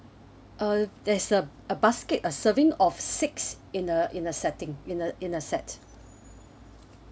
uh there's a a basket a serving of six in a in a setting in a in a set